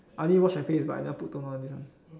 I only wash my face but I never put toner all this one